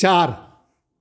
चारि